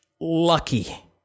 lucky